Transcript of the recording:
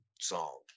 song